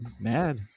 mad